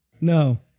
No